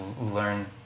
learn